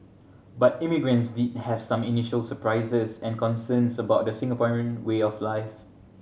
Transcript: but immigrants did have some initial surprises and concerns about the Singaporean way of life